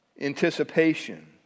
anticipation